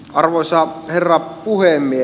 arvoisa herra puhemies